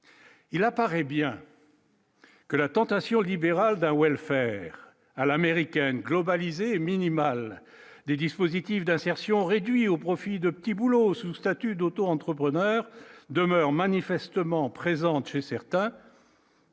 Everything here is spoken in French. Il apparaît bien. Que la tentation libérale d'un welfare à l'américaine minimale des dispositifs d'insertion réduit au profit de petits boulots sous statut d'auto-entrepreneur demeure manifestement présente chez certains.